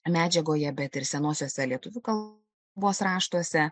medžiagoje bet ir senosiose lietuvių kalbos raštuose